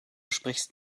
sprichst